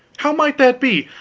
how might that be?